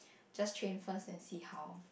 just train first then see how